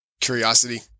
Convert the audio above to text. Curiosity